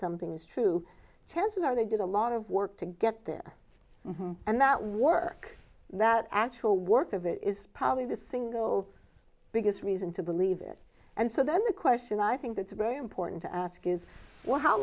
something is true chances are they did a lot of work to get there and that work that actual work of it is probably the single biggest reason to believe it and so then the question i think that's very important to ask is what how